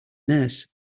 nurse